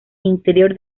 interior